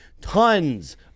tons